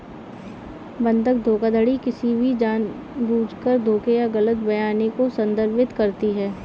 बंधक धोखाधड़ी किसी भी जानबूझकर धोखे या गलत बयानी को संदर्भित करती है